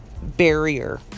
Barrier